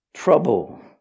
Trouble